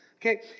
Okay